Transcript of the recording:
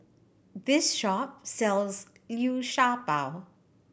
this shop sells Liu Sha Bao